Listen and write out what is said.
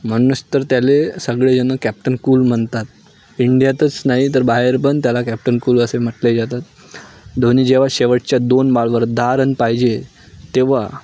म्हणून तर त्याला सगळेजणं कॅप्टन कूल म्हणतात इंडियातच नाही तर बाहेर पण त्याला कॅप्टन कूल असे म्हटले जातात धोनी जेव्हा शेवटच्या दोन बालवर दहा रन पाहिजे तेव्हा